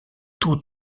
tous